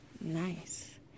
nice